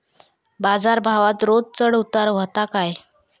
बाजार भावात रोज चढउतार व्हता काय?